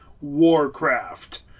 Warcraft